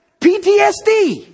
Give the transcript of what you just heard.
PTSD